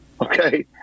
okay